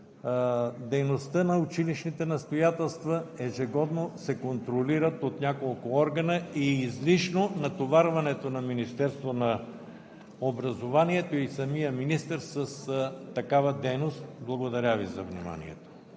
дейността на училищните настоятелства ежегодно се контролира от няколко органа и е излишно натоварването на Министерството на образованието и самият министър с такава дейност. Благодаря Ви за вниманието.